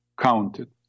counted